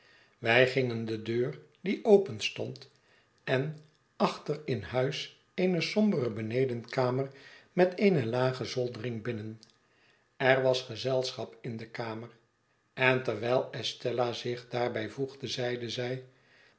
wij gingen de deur die openstond en achter in huis eene sombere benedenkamer met eene lage zoldering binnen er was gezelschap in de kamer en terwijl estella zich daarbij voegde zeide zij